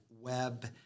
web